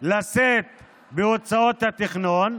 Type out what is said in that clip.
לשאת בהוצאות התכנון.